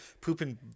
Pooping